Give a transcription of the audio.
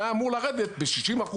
היה אמור לרדת ב-60%,